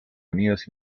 unidos